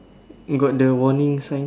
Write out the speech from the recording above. got the warning sign